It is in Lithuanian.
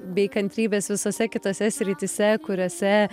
bei kantrybės visose kitose srityse kuriose